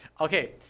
Okay